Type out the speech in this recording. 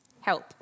Help